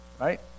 Right